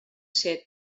ser